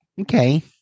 Okay